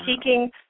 seeking